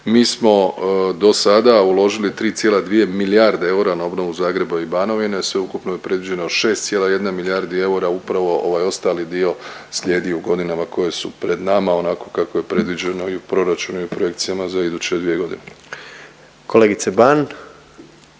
Mi smo do sada uložili 3,2 milijarde eura na obnovu Zagreba i Banovine. Sveukupno je predviđeno 6,1 milijardi eura. Upravo ovaj ostali dio slijedi u godinama koje su pred nama onako kako je predviđeno u proračunu i u projekcijama za iduće dvije godine.